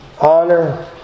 honor